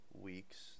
weeks